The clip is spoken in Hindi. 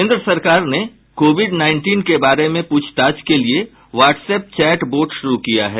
केंद्र सरकार ने कोविड नाईंटीन के बारे में पूछताछ के लिए व्हाट्सएप चैट बोट शुरू किया है